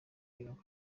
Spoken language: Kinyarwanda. bajyanwa